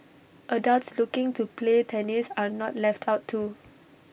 adults looking to play tennis are not left out too